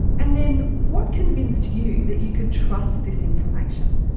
and then what convinced you that you could trust this information?